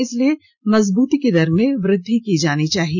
इसलिए मजदूरी की दर में वृद्धि की जानी चाहिए